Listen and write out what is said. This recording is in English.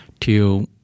Till